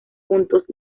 puntos